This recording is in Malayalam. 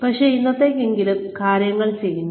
പക്ഷേ ഇന്നത്തേയ്ക്കെങ്കിലും കാര്യങ്ങൾ ചെയ്യുന്നു